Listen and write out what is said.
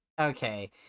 okay